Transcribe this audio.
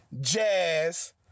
Jazz